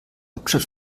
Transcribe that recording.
hauptstadt